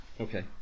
Okay